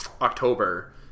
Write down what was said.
October